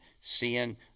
seeing